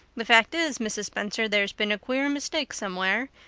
the fact is, mrs. spencer, there's been a queer mistake somewhere,